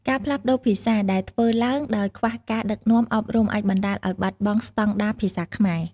ការផ្លាស់ប្ដូរភាសាដែលធ្វើឡើងដោយខ្វះការដឹកនាំអប់រំអាចបណ្តាលឲ្យបាត់បង់ស្តង់ដារភាសាខ្មែរ។